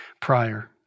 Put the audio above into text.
prior